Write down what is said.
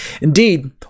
Indeed